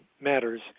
matters